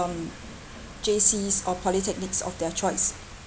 um J_C's or polytechnics of their choice